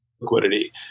liquidity